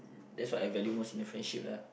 that's what I value most in a friendship lah